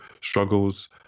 struggles